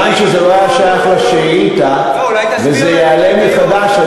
מכיוון שזה לא היה שייך לשאילתה וזה יעלה מחדש,